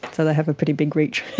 so they have a pretty big reach.